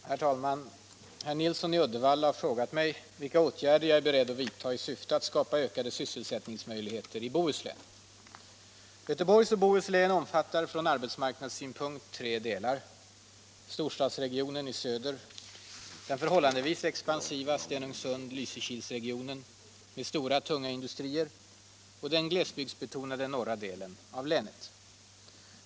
85, och anförde: Herr talman! Herr Nilsson i Uddevalla har frågat mig vilka åtgärder jag är beredd att vidta i syfte att skapa ökade sysselsättningsmöjligheter i Bohuslän. Göteborgs och Bohus län omfattar från arbetsmarknadssynpunkt tre delar: storstadsregionen i söder, den förhållandevis expansiva Stenungsund-Lysekilsregionen med stora tunga industrier och den glesbygdsbetonade norra delen av länet.